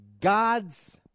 God's